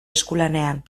eskulanean